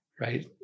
right